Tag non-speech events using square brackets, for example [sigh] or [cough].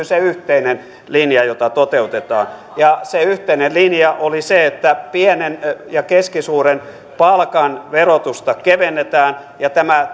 [unintelligible] se yhteinen linja jota toteutetaan ja se yhteinen linja oli se että pienen ja keskisuuren palkan verotusta kevennetään tämä [unintelligible]